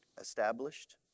Established